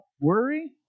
worry